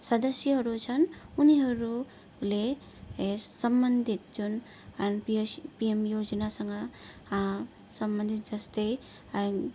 सदस्यहरू छन् उनीहरूले यस सम्बन्धित जुन अन पिएस पिएम योजनासँग सम्बन्धित जस्तै